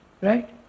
Right